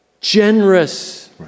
generous